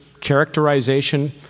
characterization